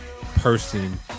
person